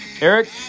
eric